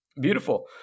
Beautiful